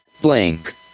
Blank